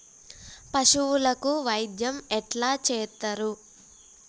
పశువులకు వైద్యం ఎట్లా చేత్తరు?